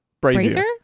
brazier